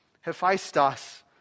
Hephaestus